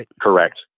correct